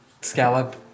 scallop